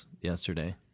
Yesterday